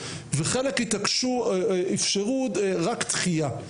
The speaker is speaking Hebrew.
וחלק אפשרו רק דחייה.